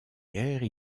guerre